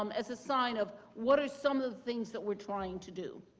um as a sign of what are some of the things that we're trying to do.